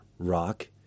rock